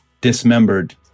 Dismembered